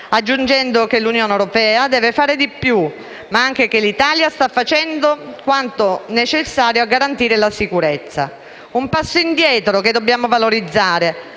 aggiungendo che l'Unione europea deve fare di più, ma anche che l'Italia sta facendo quanto necessario a garantire la sicurezza. Un passo indietro che dobbiamo valorizzare,